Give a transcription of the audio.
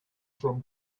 from